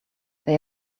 they